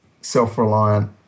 self-reliant